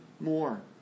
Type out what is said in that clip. more